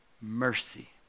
Mercy